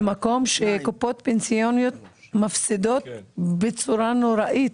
ממקום שקופות פנסיוניות מפסידות בצורה נוראית.